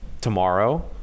tomorrow